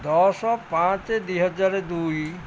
ଦଶ ପାଞ୍ଚ ଦୁଇହଜାରେ ଦୁଇ